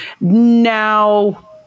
now